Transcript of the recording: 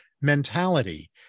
mentality